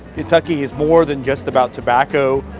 kentucky is more than just about tobacco,